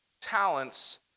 talents